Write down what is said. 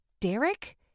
Derek